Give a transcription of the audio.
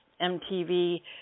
MTV